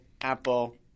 apple